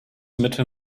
mitte